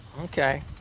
Okay